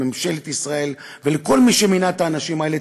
לממשלת ישראל ולכל מי שמינה את האנשים האלה.